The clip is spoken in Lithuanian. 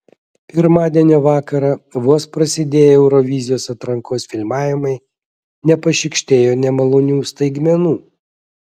pirmadienio vakarą vos prasidėję eurovizijos atrankos filmavimai nepašykštėjo nemalonių staigmenų